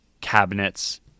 cabinets